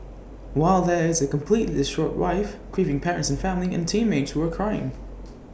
while there is A completely distraught wife grieving parents and family and teammates who are crying